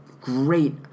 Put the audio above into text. great